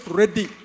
ready